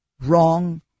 wrong